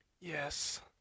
Yes